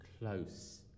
close